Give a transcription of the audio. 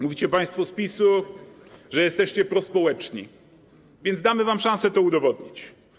Mówicie państwo z PiS-u, że jesteście prospołeczni, więc damy wam szansę, żebyście to udowodnili.